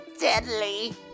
deadly